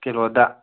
ꯀꯤꯂꯣꯗ